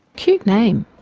cute name,